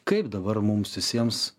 kaip dabar mums visiems